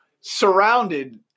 surrounded